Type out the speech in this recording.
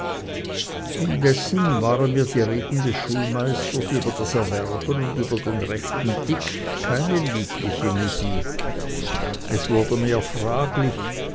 indessen waren mir die reden des schulmeisters über das erwerben und über den rechten tick keine liebliche musik es wurde mir fraglich